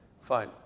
Fine